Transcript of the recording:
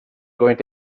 going